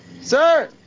sir